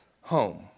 home